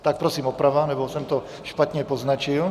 Tak prosím oprava, nebo jsem to špatně poznačil?